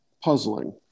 puzzling